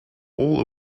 all